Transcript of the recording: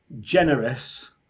generous